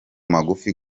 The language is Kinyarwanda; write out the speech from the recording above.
magufi